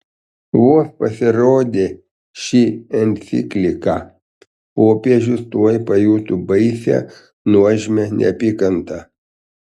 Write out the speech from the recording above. vos pasirodė ši enciklika popiežius tuoj pajuto baisią nuožmią neapykantą